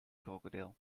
krokodil